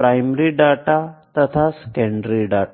primary data तथा secondary data